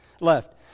left